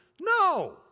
No